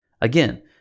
Again